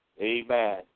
Amen